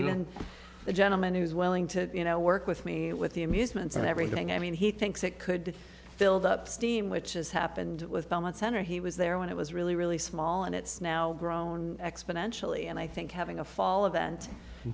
even the gentleman who's willing to you know work with me with the amusements and everything i mean he thinks it could build up steam which has happened with belmont center he was there when it was really really small and it's now grown exponentially and i think having a fall